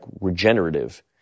regenerative